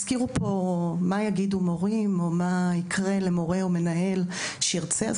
הזכירו פה את מה יגידו מורים אם או מה יקרה למנהל אם,